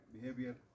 behavior